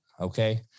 okay